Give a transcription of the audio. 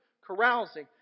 carousing